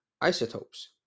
isotopes